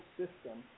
system